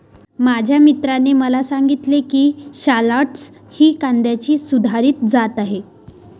माझ्या मित्राने मला सांगितले की शालॉट्स ही कांद्याची सुधारित जात आहे